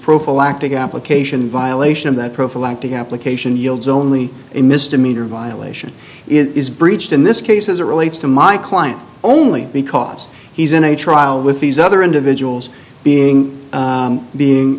prophylactic application in violation of that prophylactic application yields only a misdemeanor violation is breached in this case as it relates to my client only because he's in a trial with these other individuals being being